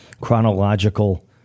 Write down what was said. chronological